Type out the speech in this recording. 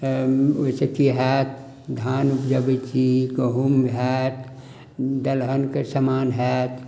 ओहिसँ की होयत धान उपजबै छी गहूॅंम होयत दलहन के समान होयत